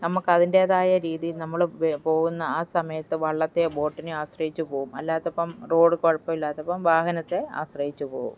നമ്മള്ക്ക് അതിൻറ്റേതായ രീതിയിൽ നമ്മള് പോകുന്ന ആ സമയത്ത് വള്ളത്തെയോ ബോട്ടിനെയോ ആശ്രയിച്ച് പോകും അല്ലാത്തപ്പോള് റോഡ് കുഴപ്പമില്ലാത്തപ്പോള് വാഹനത്തെ ആശ്രയിച്ച് പോകും